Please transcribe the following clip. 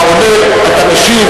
אני רואה את עצמי מיותר לגמרי,